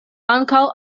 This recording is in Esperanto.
ankaŭ